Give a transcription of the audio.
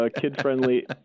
kid-friendly